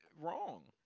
wrong